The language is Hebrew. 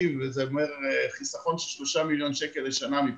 וזה אומר חיסכון של שלושה מיליון שקל בשנה מבחינתנו.